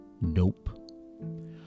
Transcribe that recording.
Nope